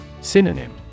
Synonym